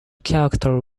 character